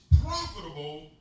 profitable